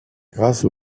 grâce